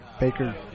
Baker